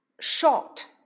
short